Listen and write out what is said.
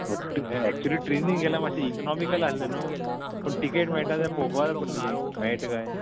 actually ट्रेनीन गेल्यार मातशें इकनॉमिकल आहलें न्हू पूण तिकेट मेळटा जाल्यार पोवपा पडटा बी मेळटा काय